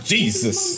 Jesus